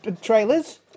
trailers